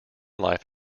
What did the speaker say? life